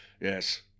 yes